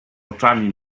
oczami